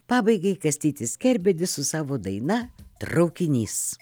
pabaigai kastytis kerbedis su savo daina traukinys